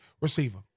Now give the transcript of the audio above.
receiver